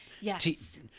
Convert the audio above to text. Yes